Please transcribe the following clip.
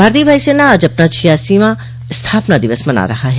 भारतीय वायुसेना आज अपना छियासीवां स्थापना दिवस मना रहा है